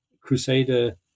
crusader